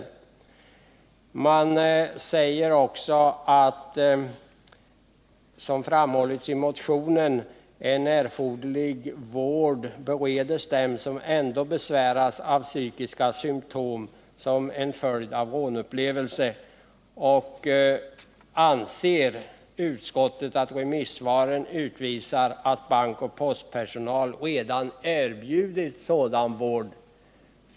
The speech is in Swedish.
Utskottet säger också att, som framhållits i motionen, en erforderlig vård bör beredas dem som ändå besväras av psykiska symtom som en följd av rånupplevelse och anser att remissvaren utvisar att bankoch postpersonal redan erbjudits sådan vård.